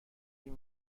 این